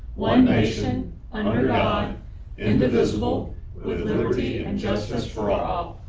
one nation um under god indivisible with liberty and and justice for all.